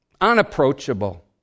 Unapproachable